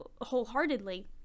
wholeheartedly